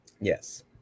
Yes